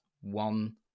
one